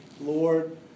Lord